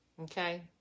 Okay